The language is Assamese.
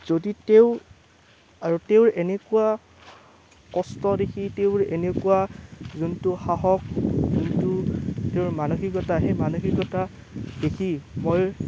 যদি তেওঁ আৰু তেওঁৰ এনেকুৱা কষ্ট দেখি তেওঁৰ এনেকুৱা যোনটো সাহস যোনটো তেওঁৰ মানসিকতা সেই মানসিকতা দেখি মই